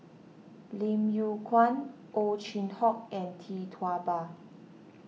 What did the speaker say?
Lim Yew Kuan Ow Chin Hock and Tee Tua Ba